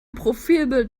profilbild